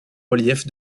relief